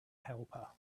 helper